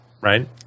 right